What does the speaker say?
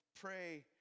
Pray